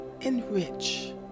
enrich